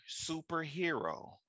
superhero